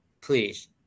please